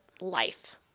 life